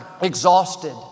exhausted